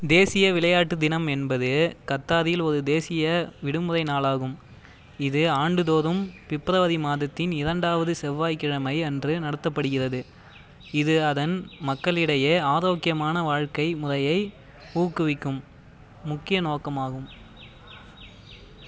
தேசிய விளையாட்டு தினம் என்பது கத்தாரியில் ஒரு தேசிய விடுமுறை நாளாகும் இது ஆண்டுதோறும் பிப்ரவரி மாதத்தின் இரண்டாவது செவ்வாய்க் கிழமை அன்று நடத்தப்படுகிறது இது அதன் மக்களிடையே ஆரோக்கியமான வாழ்க்கை முறையை ஊக்குவிக்கும் முக்கிய நோக்கமாகும்